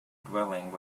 dwelling